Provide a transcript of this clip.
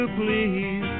please